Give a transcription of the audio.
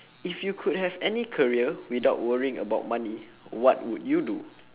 if you could have any career without worrying about money what would you do